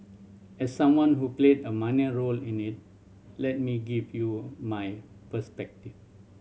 as someone who played a minor role in it let me give you my perspective